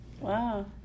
Wow